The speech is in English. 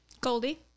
Goldie